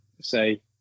Say